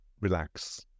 relax